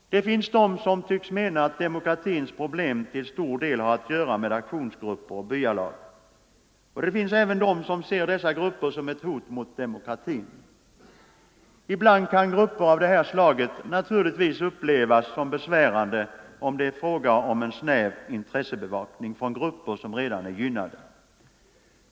Det finns de som tycks mena att demokratins problem till stor del har att göra med aktionsgrupper och byalag. Det finns även de som ser dessa grupper som ett hot mot demokratin. Ibland kan grupper av det här slaget naturligtvis upplevas som besvärande om det är fråga om en snäv intressebevakning från grupper som redan är gynnade.